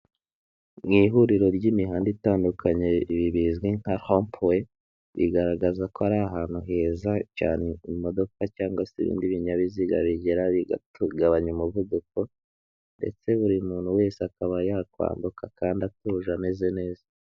Mu ihuriro ry'imihanda itandukanye, ibi bizwi nka rompuwe, bigaragaza ko ari ahantu heza cyane imodoka cyangwag se ibindi binyabiziga bigera bikagabanya umuvuduko ndetse buri muntu wese akaba yakwambuka kandi atuje ameze neza.